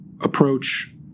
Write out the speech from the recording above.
approach